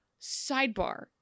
Sidebar